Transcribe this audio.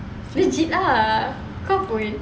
legit ah kau pun